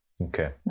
Okay